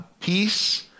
peace